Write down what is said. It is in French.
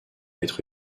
être